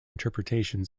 interpretation